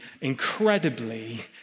incredibly